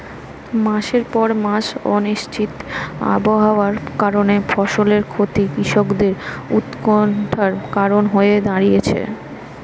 মাসের পর মাস অনিশ্চিত আবহাওয়ার কারণে ফসলের ক্ষতি কৃষকদের উৎকন্ঠার কারণ হয়ে দাঁড়িয়েছে